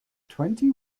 twenty